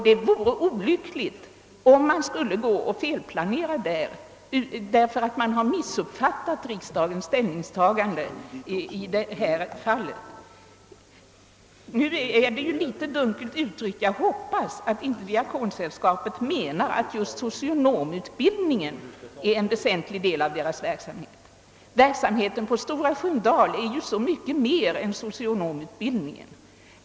Det vore olyckligt om man skulle felplanera därför att man har missuppfattat riksdagens ställningstagande i detta fall. Det hela är för övrigt litet dunkelt uttryckt. Jag hoppas att inte Diakonsällskapet menar att just socionomutbild ningen är en väsentlig del av dess verksamhet. Verksamheten på Stora Sköndal omfattar ju så mycket mer än socionomutbildningen.